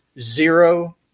zero